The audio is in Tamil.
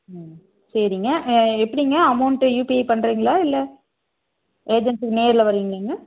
ம் சரிங்க எப்படிங்க அமௌண்ட்டு யூபிஐ பண்ணுறீங்களா இல்லை ஏஜென்சி நேரில் வருவீங்களாங்க